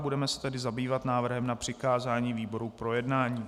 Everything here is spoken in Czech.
Budeme se tedy zabývat návrhem na přikázání výborům k projednání.